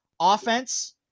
offense